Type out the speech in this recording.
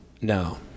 No